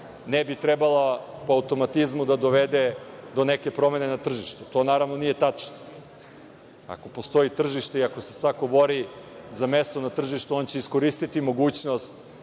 ne bi trebala po automatizmu da dovede do neke promene na tržištu. To naravno nije tačno. Ako postoji tržište i ako se svako bori za mesto na tržištu, on će iskoristiti mogućnost